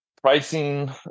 pricing